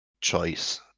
choice